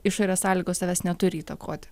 išorės sąlygos tavęs neturi įtakoti